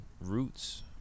roots